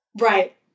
Right